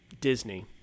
Disney